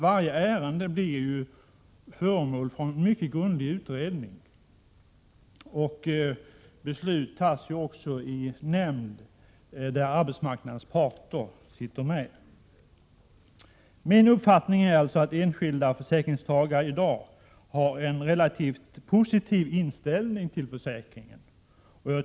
Varje ärende blir föremål för en mycket grundlig utredning, och beslut fattas i en nämnd där representanter för arbetsmarknadens parter finns med. Min uppfattning är att enskilda försäkringstagare i dag har en relativt positiv inställning till försäkringen.